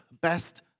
best